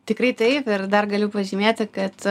tikrai taip ir dar galiu pažymėti kad